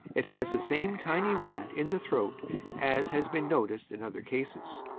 it has the same tiny wound in the throat as has been noticed in other cases.